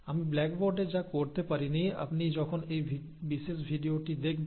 আমি ব্ল্যাকবোর্ডে যা করতে পারিনি আপনি যখন এই বিশেষ ভিডিওটি দেখবেন তখন তা সহজেই বোঝা যাবে